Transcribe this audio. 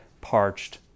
parched